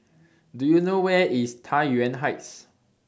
Do YOU know Where IS Tai Yuan Heights